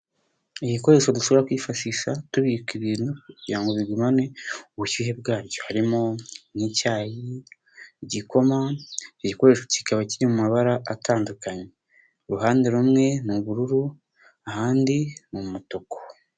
Ibikoresho dushobora kwifashisha tubika ibintu kugira bigumane ubushyuhe bwabyo, harimo nk'icyayi, igikoma, igikoresho kikaba kiri mu mabara atandukanye uruhande rumwe ni ubururu ahandi ni umutuku.